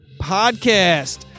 Podcast